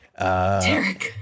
Tarek